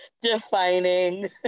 defining